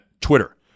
Twitter